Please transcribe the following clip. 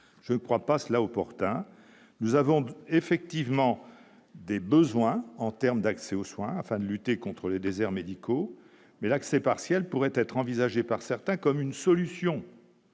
Je crois pas cela opportun, nous avons effectivement des besoins en terme d'accès aux soins afin de lutter contre les déserts médicaux, mais l'accès partiel pourrait être envisagée par certains comme une solution.